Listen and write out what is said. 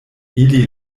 ili